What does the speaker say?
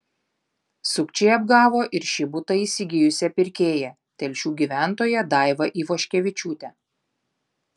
sukčiai apgavo ir šį butą įsigijusią pirkėją telšių gyventoją daivą ivoškevičiūtę